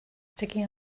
sticky